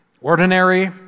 ordinary